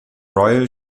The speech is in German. royal